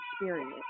experience